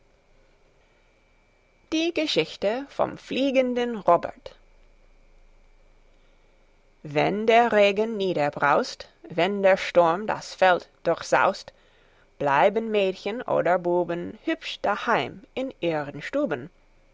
die geschichte vom fliegenden robert wenn der regen niederbraust wenn der sturm das feld durchsaust bleiben mädchen oder buben hübsch daheim in ihren stuben